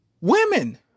Women